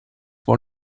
for